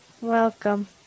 Welcome